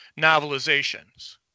novelizations